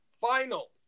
final